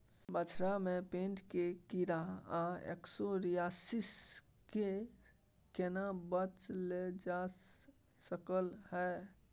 बछरा में पेट के कीरा आ एस्केरियासिस से केना बच ल जा सकलय है?